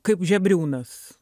kaip žebriūnas